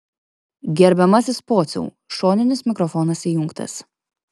gerbiamasis pociau šoninis mikrofonas įjungtas